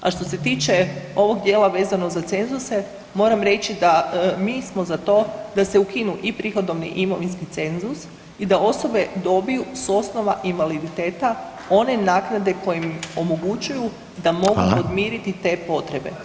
A što se tiče ovog dijela vezano za cenzuse moram reći da mi smo za to da se ukinu i prihodovni i imovinski cenzus i da osobe dobiju s osnova invaliditeta one naknade koje im omogućuju [[Upadica: Hvala.]] da mogu podmiriti te potrebe.